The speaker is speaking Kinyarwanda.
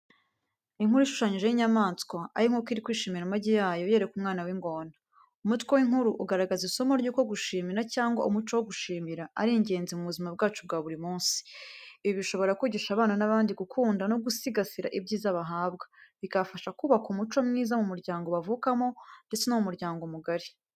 Inkuru ishushanyije y'inyamaswa, aho inkoko iri kwishimira amagi yayo yereka umwana w'ingona. Umutwe w’inkuru ugaragaza isomo ry’uko gushimira cyangwa umuco wo gushimira ari ingenzi mu buzima bwacu bwa buri munsi. Ibi bishobora kwigisha abana n’abandi gukunda no gusigasira ibyiza bahabwa. Bikabafasha kubaka umuco mwiza mu muryango bavukamo ndetse no mu muryango mugari.